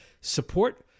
support